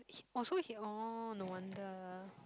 he orh so he orh no wonder